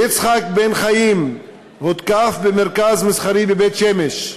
יצחק בן-חיים הותקף במרכז מסחרי בבית-שמש,